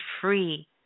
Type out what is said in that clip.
free